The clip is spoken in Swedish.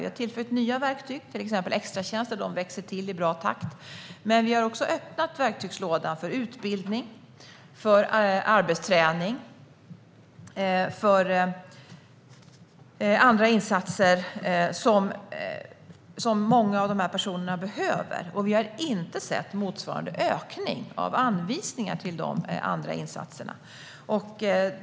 Vi har tillfört nya verktyg - till exempel extratjänster, som växer till i bra takt - men vi har också öppnat verktygslådan för utbildning, arbetsträning och andra insatser som många av dessa personer behöver. Vi har inte sett motsvarande ökning av anvisningar till de andra insatserna.